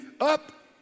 up